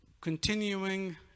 continuing